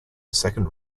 second